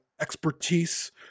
expertise